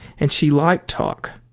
and she liked talk.